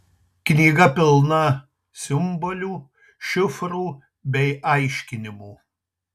knyga pilna simbolių šifrų bei aiškinimų